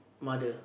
mother